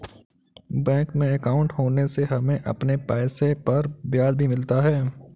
bank में अंकाउट होने से हमें अपने पैसे पर ब्याज भी मिलता है